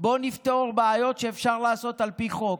בוא נפתור בעיות שאפשר לעשות לפי חוק,